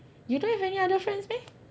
you don't have any other friends meh